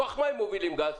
מכוח מה הם מובילים גז?